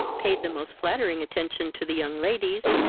paid the most flattering attention to the young ladies,